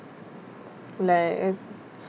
like